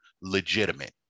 legitimate